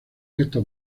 estos